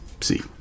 see